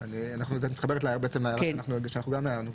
את מתחברת להערה שאנחנו הערנו.